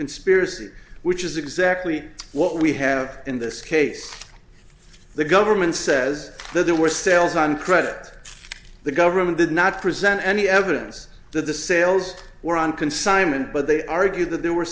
conspiracy which is exactly what we have in this case the government says that there were sales on credit the government did not present any evidence that the sales were on consignment but they argued that there were